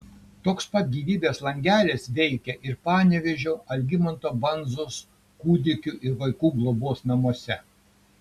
toks pat gyvybės langelis veikia ir panevėžio algimanto bandzos kūdikių ir vaikų globos namuose